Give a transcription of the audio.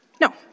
No